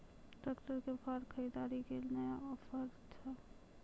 Tractor के फार खरीदारी के लिए नया ऑफर छ?